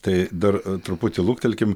tai dar truputį luktelkim